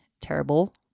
terrible